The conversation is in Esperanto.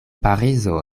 parizo